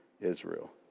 Israel